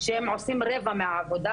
שהם עושות רבע מהעבודה,